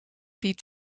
die